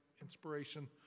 inspiration